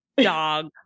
dog